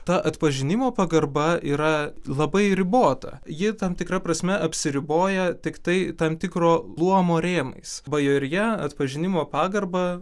ta atpažinimo pagarba yra labai ribota ji tam tikra prasme apsiriboja tiktai tam tikro luomo rėmais bajorija atpažinimo pagarbą